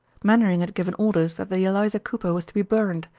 mainwaring had given orders that the eliza cooper was to be burned,